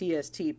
TST